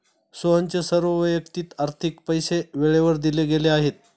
सोहनचे सर्व वैयक्तिक आर्थिक पैसे वेळेवर दिले गेले आहेत